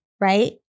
Right